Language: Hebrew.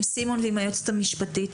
עם סימון ועם היועצת משפטית,